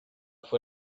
fue